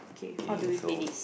okay so